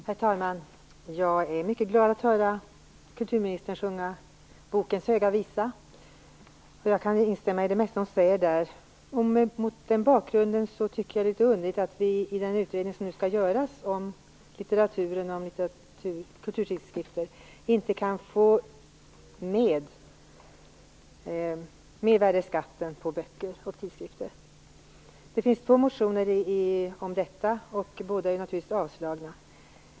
Herr talman! Jag är mycket glad att höra kulturministern sjunga bokens höga visa. Jag kan instämma i det mesta hon säger där. Mot den bakgrunden är det litet underligt att vi i den utredning som nu skall göras om litteratur och kulturtidskrifter inte kan få ned mervärdesskatten på böcker och tidskrifter. Det finns två motioner om detta, och båda är naturligtvis avstyrkta.